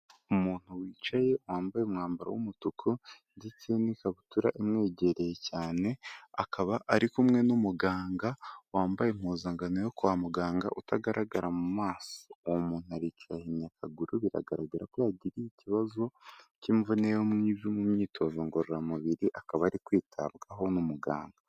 Umuntu wicaye wambaye umwambaro w'umutuku ndetse n'ikabutura imwegereye cyane. Akaba ari kumwe n'umuganga wambaye impuzankano yo kwa muganga utagaragara mu maso. Umuntu aricaye, yahinnye akaguru biragaragara ko yagize ikibazo cy'imvune mu myitozo ngororamubiri akaba ari kwitabwaho na muganga.